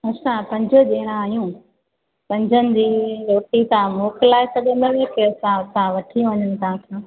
असां पंज ॼणा आहियूं पंजनि जी रोटी तव्हां मोकिलाइ सघंदव की असां वठी वञू तव्हांसां